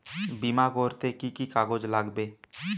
বিমা করতে কি কি কাগজ লাগবে?